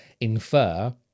infer